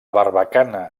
barbacana